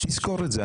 תזכור את זה.